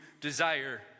desire